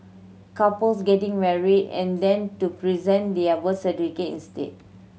couples getting married and then to present their birth certificates instead